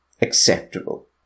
acceptable